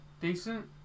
Decent